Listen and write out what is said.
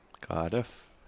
Cardiff